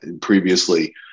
previously